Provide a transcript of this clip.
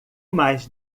mais